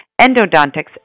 endodontics